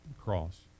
cross